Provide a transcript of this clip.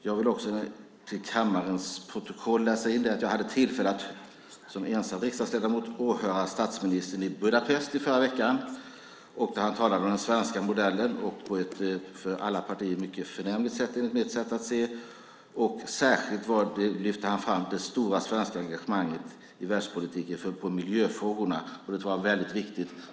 Jag vill också till kammarens protokoll få infört att jag som ensam riksdagsledamot hade tillfälle att åhöra statsministern i Budapest förra veckan där han talade om den svenska modellen på ett för alla partier mycket förnämligt sätt, enligt mitt sätt att se det. Särskilt lyfte han fram det stora svenska engagemanget i världspolitiken för miljöfrågorna. Det tror jag var väldigt viktigt.